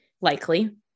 Likely